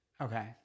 Okay